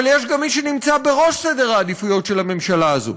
אבל יש גם מי שנמצא בראש סדר העדיפויות של הממשלה הזאת.